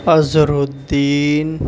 Azharuddin